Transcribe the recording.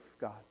God